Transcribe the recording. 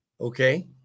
Okay